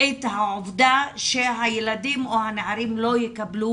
את העובדה שהילדים או הנערים לא יקבלו